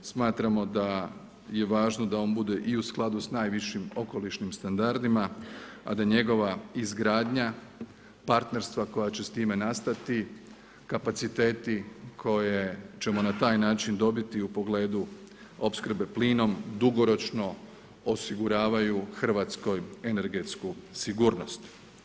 Smatramo da je važno da on bude i u skladu s najvišim okolišnim standardima, a da njegova izgradnja partnerstva koja će s time nastati, kapaciteti koje ćemo na taj način dobiti u pogledu opskrbe plinom dugoročno osiguravaju Hrvatskoj energetsku sigurnost.